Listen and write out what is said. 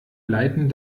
leiten